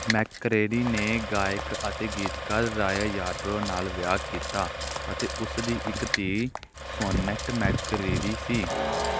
McCreery ਨੇ ਗਾਇਕ ਅਤੇ ਗੀਤਕਾਰ ਰਾਇਆ ਯਾਰਬਰੋ ਨਾਲ ਵਿਆਹ ਕੀਤਾ ਅਤੇ ਉਸ ਦੀ ਇੱਕ ਧੀ ਸੋਨੇਟ ਮੈਕਕ੍ਰੀਰੀ ਸੀ